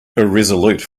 irresolute